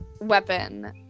weapon